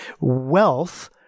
wealth